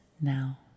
now